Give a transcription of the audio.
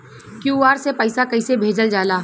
QR से पैसा कैसे भेजल जाला?